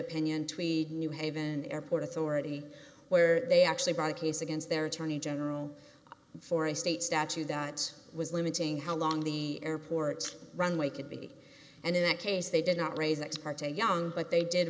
opinion tweed new haven airport authority where they actually brought a case against their attorney general for a state statue that was limiting how long the airport runway could be and in that case they did not raise its party young but